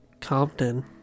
Compton